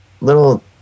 little